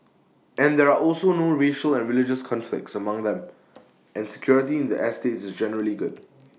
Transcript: and there are also no racial and religious conflicts among them and security in the estates is generally good